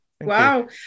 Wow